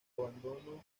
abandono